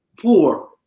poor